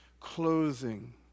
clothing